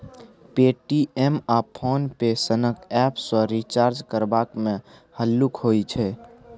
Paytm आ PhonePe सनक app सँ रिचार्ज करबा मे हल्लुक होइ छै